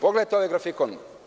Pogledajte ovaj grafikon.